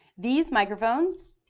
these microphones,